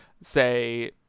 say